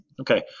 Okay